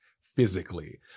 physically